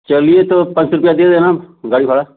चलिए तो पाँच रुपए दे देना गाड़ी भाड़ा